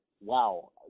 wow